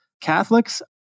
Catholics